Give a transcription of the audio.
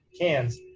cans